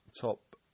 top